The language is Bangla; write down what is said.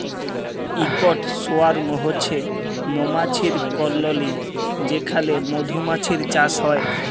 ইকট সোয়ার্ম হছে মমাছির কললি যেখালে মধুমাছির চাষ হ্যয়